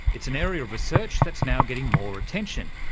it's an area of research that's now getting more attention,